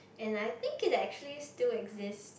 and I think it actually still exist